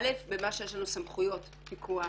א' במה שיש לנו סמכויות פיקוח